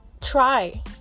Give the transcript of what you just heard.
try